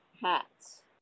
hats